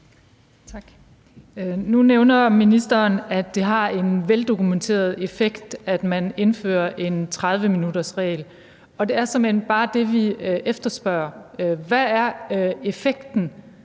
Tak. Nu nævner ministeren, at det har en veldokumenteret effekt, at man indfører en 30-minuttersregel, og det, vi efterspørger, er såmænd